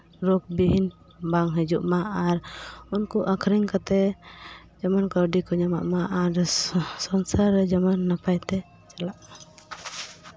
ᱨᱳᱜᱽ ᱵᱤᱜᱷᱤᱱ ᱵᱟᱝ ᱦᱤᱡᱩᱜ ᱢᱟ ᱟᱨ ᱩᱱᱠᱩ ᱟᱠᱷᱹᱨᱤᱧ ᱠᱟᱛᱮᱫ ᱡᱮᱢᱚᱱ ᱠᱟᱹᱣᱰᱤ ᱠᱚ ᱧᱟᱢᱚᱜ ᱢᱟ ᱟᱨ ᱥᱚᱝᱥᱟᱨ ᱨᱮ ᱡᱮᱢᱚᱱ ᱱᱟᱯᱟᱭᱛᱮ ᱪᱟᱞᱟᱜ